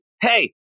hey